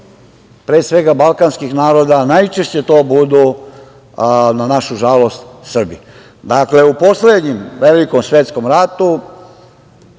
pre svega, balkanskih naroda, najčešće to budu, na našu žalost, Srbi. Dakle, u poslednjem velikom svetskom ratu